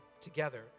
together